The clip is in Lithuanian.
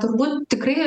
turbūt tikrai